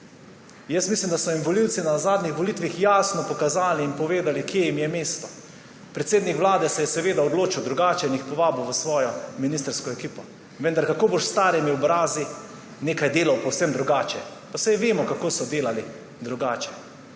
Mislim, da so jima volivci na zadnjih volitvah jasno pokazali in povedali, kje jima je mesto. Predsednik Vlade se je seveda odločil drugače in ju povabil v svojo ministrsko ekipo. Vendar kako boš s starimi obrazi nekaj delal povsem drugače? Pa saj vemo, kako so delali drugače.